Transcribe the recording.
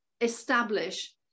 establish